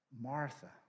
Martha